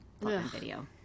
video